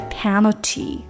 penalty